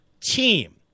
team